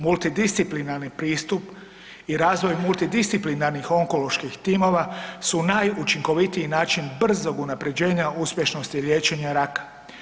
Multidisciplinarni pristup i razvoj multidisciplinarnih onkoloških timova su najučinkovitiji način brzog unapređenja uspješnosti liječenja raka.